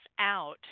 out